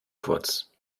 kurz